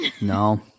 No